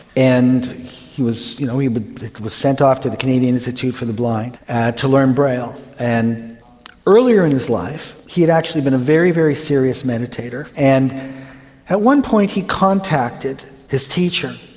and he was you know he but was sent off to the canadian institute for the blind to learn braille. and earlier in his life he had actually been a very, very serious meditator, and at one point he contacted his teacher,